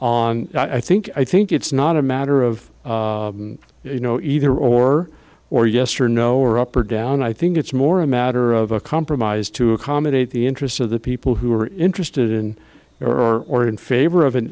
on i think i think it's not a matter of you know either or or yes or no or up or down i think it's more a matter of a compromise to accommodate the interests of the people who are interested in or or in favor of a